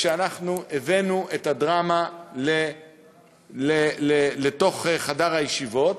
כשאנחנו הבאנו את הדרמה לתוך חדר הישיבות,